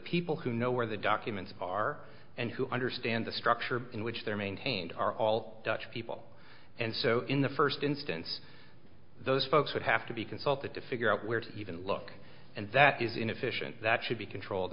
people who know where the documents are and who understood and the structure in which they're maintained are all dutch people and so in the first instance those folks would have to be consulted to figure out where to even look and that is inefficient that should be controlled